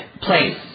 place